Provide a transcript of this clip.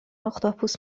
اختاپوس